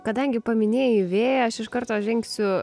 kadangi paminėjai vėją aš iš karto žengsiu